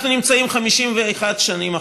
אנחנו נמצאים 51 שנים אחרי.